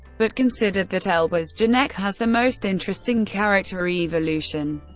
but considered that elba's janek has the most interesting character evolution.